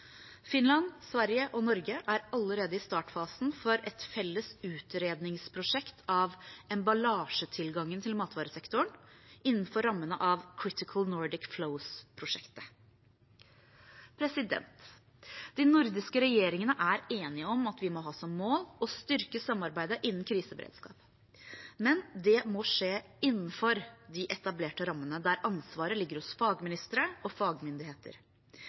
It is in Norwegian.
Finland, Sverige og Norge er allerede i startfasen for et felles utredningsprosjekt av emballasjetilgangen til matvaresektoren innenfor rammene av Critical Nordic Flows-prosjektet. De nordiske regjeringene er enige om at vi må ha som mål å styrke samarbeidet innen kriseberedskap. Men det må skje innenfor de etablerte rammene, der ansvaret ligger hos fagministre og fagmyndigheter.